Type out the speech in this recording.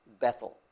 Bethel